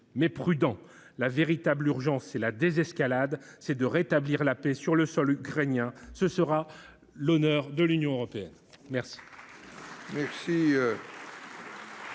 mais prudents. La véritable urgence, c'est d'assurer la désescalade ; c'est de rétablir la paix sur le sol ukrainien. Ce sera l'honneur de l'Union européenne !